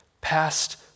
past